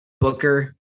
Booker